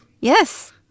Yes